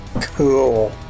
Cool